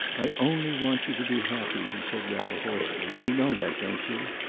i only want you to be happy, he said rather hoarsely. you know that, don't you?